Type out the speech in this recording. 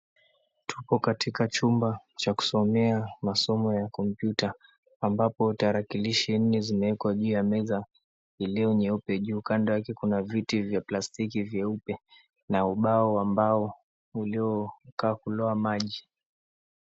Tuko katika chumba cha kusomea masomo ya kompyuta, ambapo tarakilishi nne zimewekwa juu ya meza iliyo nyeupe juu. Kando yake kuna viti vya plastiki vyeupe na ubao wa mbao ulio kakulwa maji.